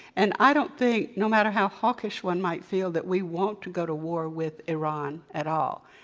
and i don't think, no matter how hawkish one might feel that we want to go to war with iran at all,